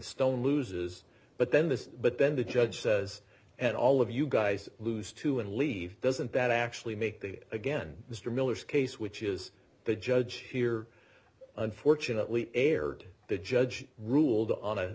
stone loses but then this but then the judge says and all of you guys lose too and leave doesn't that actually make the again mr miller's case which is the judge here unfortunately erred the judge ruled on